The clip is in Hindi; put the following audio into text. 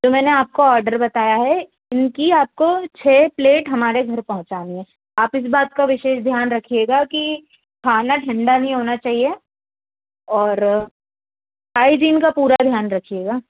जो मैंने आपको ऑर्डर बताया है इनकी आपको छः प्लेट हमारे घर पहुँचानी है आप इस बात का विशेष ध्यान रखिएगा कि खाना ठंडा नहीं होना चाहिए और हाइजीन का पूरा ध्यान रखिएगा